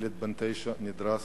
ילד בן תשע נדרס